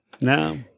No